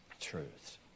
truths